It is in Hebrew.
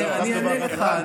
אני אענה לך.